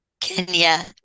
Kenya